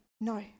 no